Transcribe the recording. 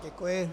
Děkuji.